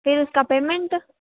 तो उसका पेमेंट